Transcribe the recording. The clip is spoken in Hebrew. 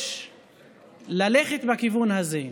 יש ללכת בכיוון הזה.